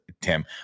Tim